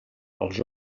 els